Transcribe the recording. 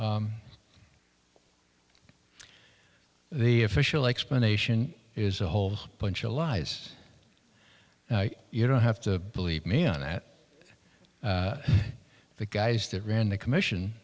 at the official explanation is a whole bunch of lies you don't have to believe man that the guys that ran the commission